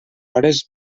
hores